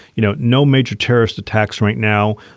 you know, no major terrorist attacks right now.